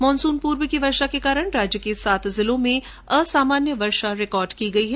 monsoon पूर्व की वर्षा के कारण राज्य के सात जिलों में असामान्य वर्षा रिकार्ड की गई है